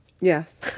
yes